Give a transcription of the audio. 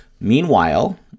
meanwhile